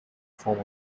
form